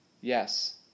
Yes